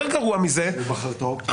הוא בחר טוב.